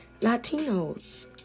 Latinos